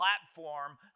platform